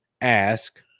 ask